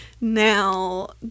now